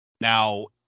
Now